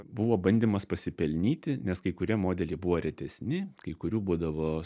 buvo bandymas pasipelnyti nes kai kurie modeliai buvo retesni kai kurių būdavo